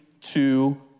two